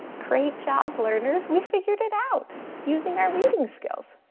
great job learners. we figured it out using our reading skills,